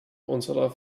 unserer